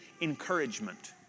encouragement